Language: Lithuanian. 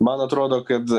man atrodo kad